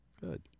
Good